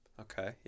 Okay